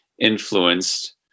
influenced